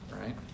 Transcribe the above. right